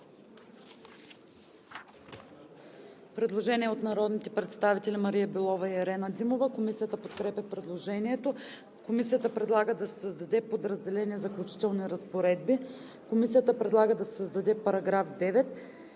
Предложение от народните представители Мария Белова и Ирена Димова. Комисията подкрепя предложението. Комисията предлага да създаде подразделение „Заключителни разпоредби“. Комисията предлага да се създаде § 9: „§ 9.